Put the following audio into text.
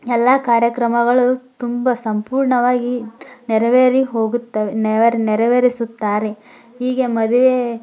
ಎಲ್ಲ ಕಾರ್ಯಕ್ರಮಗಳು ತುಂಬ ಸಂಪೂರ್ಣವಾಗಿ ನೆರವೇರಿ ಹೋಗುತ್ತವೆ ನೆರವೇರಿಸುತ್ತಾರೆ ಹೀಗೆ ಮದುವೆ